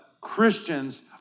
Christians